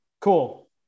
cool